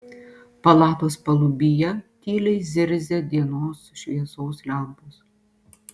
palatos palubyje tyliai zirzė dienos šviesos lempos